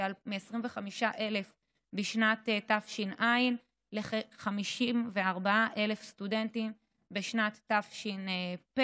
מ-25,000 בשנת תש"ע לכ-54,000 סטודנטים בשנת תש"ף.